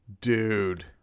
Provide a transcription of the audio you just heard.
Dude